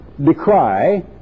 decry